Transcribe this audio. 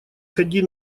ходи